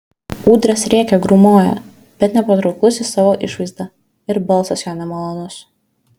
ūdras rėkia grūmoja bet nepatrauklus jis savo išvaizda ir balsas jo nemalonus